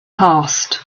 passed